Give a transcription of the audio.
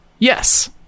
Yes